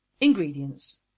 Ingredients